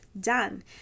done